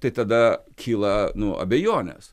tai tada kyla nu abejonės